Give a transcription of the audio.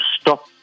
stop